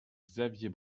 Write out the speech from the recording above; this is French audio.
xavier